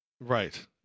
Right